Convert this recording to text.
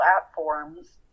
platforms